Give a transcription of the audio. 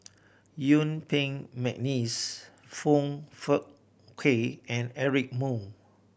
Yuen Peng McNeice Foong Fook Kay and Eric Moo